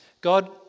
God